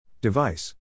Device